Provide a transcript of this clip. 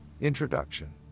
Introduction